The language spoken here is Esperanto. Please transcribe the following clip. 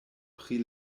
pri